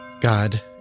God